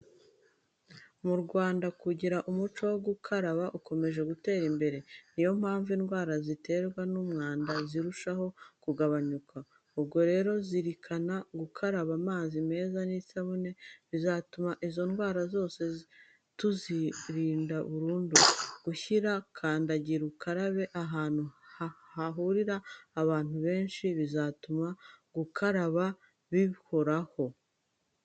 Mu Rwanda kugira umuco wo gukaraba ukomeje gutera imbere. Ni yo mpamvu indwara ziterwa n'umwanda zirushaho kugabanuka. Ubwo rero kuzirikana gukaraba amazi meza n'isabune bizatuma izo ndwara zose tuzirimbura burundu. Gushyira kandagira ukarabe ahantu hahurira abantu benshi bizatuma gukaraba biborohera.